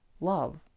Love